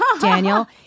Daniel